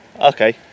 Okay